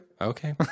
okay